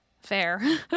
Fair